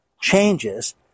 changes